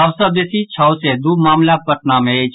सभ सॅ बेसी छओ सय दू मामिला पटना मे अछि